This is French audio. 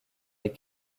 les